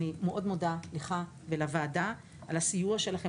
אני מאוד מודה לך ולוועדה על הסיוע שלכם